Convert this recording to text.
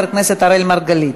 חבר הכנסת מרגלית: